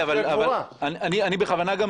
אני בכוונה,